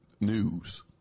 news